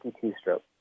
two-stroke